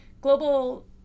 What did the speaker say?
global